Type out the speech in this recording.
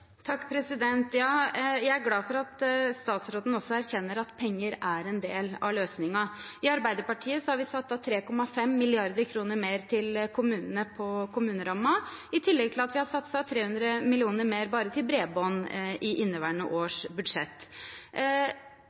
Jeg er glad for at også statsråden erkjenner at penger er en del av løsningen. I Arbeiderpartiet har vi satt av 3,5 mrd. kr mer til kommunene på kommunerammen, i tillegg til at vi i inneværende års budsjett har satset 300 mill. kr mer bare til bredbånd. Oppgaven med flere eldre i